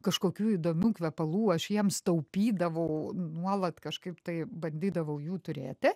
kažkokių įdomių kvepalų aš jiems taupydavau nuolat kažkaip tai bandydavau jų turėti